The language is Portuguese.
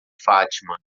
fátima